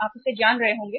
आप इसे जान रहे होंगे